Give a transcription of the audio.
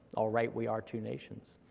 alright, we are two nations.